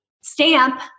stamp